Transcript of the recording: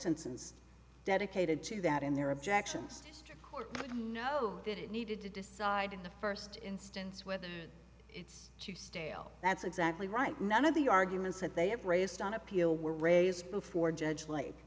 ences dedicated to that in their objections to know that it needed to decide in the first instance whether it's too stale that's exactly right none of the arguments that they have raised on appeal were raised before judge like